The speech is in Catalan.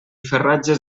ferratges